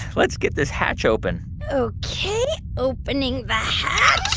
let's get this hatch open ok. opening the hatch.